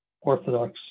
orthodox